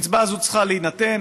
הקצבה הזאת צריכה להינתן.